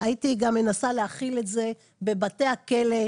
הייתי מנסה גם להחיל את זה בבתי הכלא.